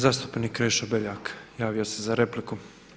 Zastupnik Krešo Beljak, javio se za repliku.